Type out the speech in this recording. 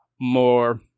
more